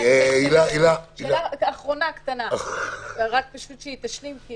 שאלה אחרונה כדי שהיא תשלים.